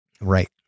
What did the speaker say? Right